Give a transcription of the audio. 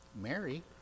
Mary